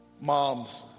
Moms